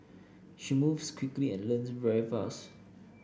she moves quickly and learns very fast